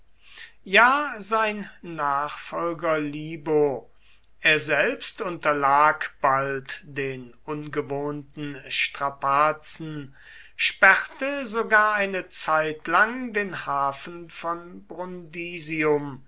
ja sein nachfolger libo er selbst unterlag bald den ungewohnten strapazen sperrte sogar eine zeitlang den hafen von